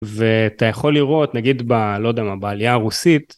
ואתה יכול לראות, נגיד בלא יודע מה, בעלייה הרוסית.